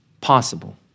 possible